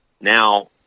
now